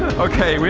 okay. yeah